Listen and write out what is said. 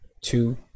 two